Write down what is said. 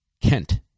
kent